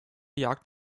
jagt